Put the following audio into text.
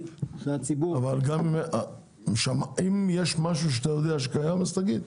אם יש משהו שאתה יודע שקיים אז תגיד,